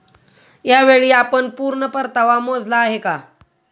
यावेळी आपण पूर्ण परतावा मोजला आहे का?